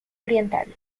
oriental